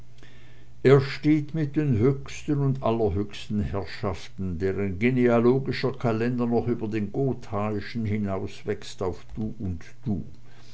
er steht mit den höchsten und allerhöchsten herrschaften deren genealogischer kalender noch über den gothaischen hinauswächst auf du und du